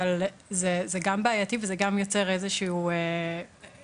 אבל זה גם בעייתי וגם יוצר איזשהו בעיה